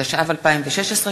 התשע"ו 2016,